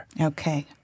okay